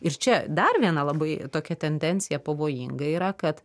ir čia dar viena labai tokia tendencija pavojinga yra kad